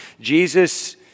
Jesus